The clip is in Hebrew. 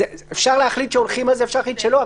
אפשר להחליט שהולכים על זה ואפשר להחליט שלא,